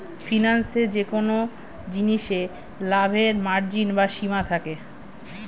ফিন্যান্সে যেকোন জিনিসে লাভের মার্জিন বা সীমা থাকে